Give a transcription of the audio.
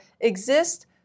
exist